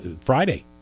friday